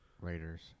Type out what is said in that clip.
Raiders